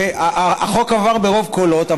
והחוק עבר ברוב קולות,